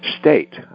state